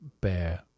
bear